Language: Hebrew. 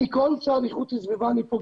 אני פוגש כל שר לאיכות הסביבה,